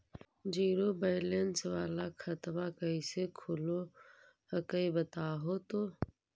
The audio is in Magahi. जीरो बैलेंस वाला खतवा कैसे खुलो हकाई बताहो तो?